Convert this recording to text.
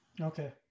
Okay